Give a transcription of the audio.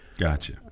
Gotcha